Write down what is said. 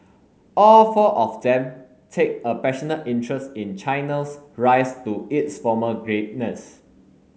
all four of them take a passionate interest in China's rise to its former greatness